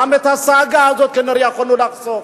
גם את הסאגה הזאת כנראה יכולנו לחסוך.